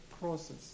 process